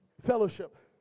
Fellowship